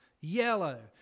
Yellow